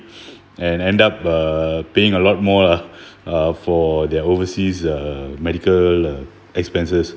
and end up uh paying a lot more lah uh for their overseas uh medical expenses